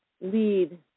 lead